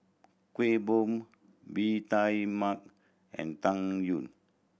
Kueh Bom Bee Tai Mak and Tang Yuen